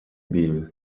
bill